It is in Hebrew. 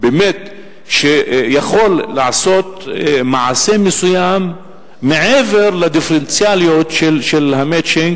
באמת יכול לעשות מעשה מסוים מעבר לדיפרנציאליות של ה"מצ'ינג",